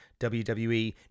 WWE